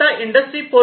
आता इंडस्ट्री 4